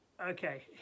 Okay